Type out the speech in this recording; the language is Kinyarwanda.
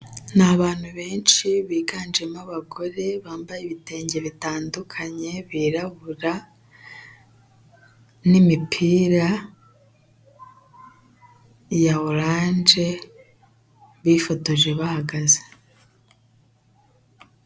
Ni abantu benshi biganjemo abagore bambaye ibitenge bitandukanye birabura n'imipira ya oranje, bifotoje bahagaze.